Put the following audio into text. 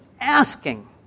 asking